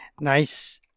Nice